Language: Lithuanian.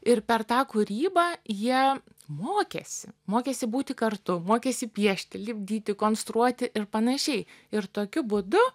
ir per tą kūrybą jie mokėsi mokėsi būti kartu mokėsi piešti lipdyti konstruoti ir panašiai ir tokiu būdu